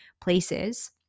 places